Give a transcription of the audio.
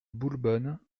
boulbonne